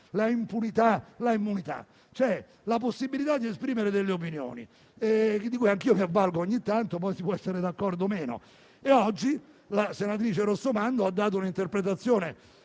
l'immunità e l'impunità, ma c'è la possibilità di esprimere delle opinioni, della quale anch'io mi avvalgo ogni tanto, e poi si può essere d'accordo o meno. Oggi la senatrice Rossomando ha dato un'interpretazione,